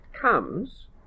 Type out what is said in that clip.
comes